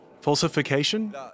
Falsification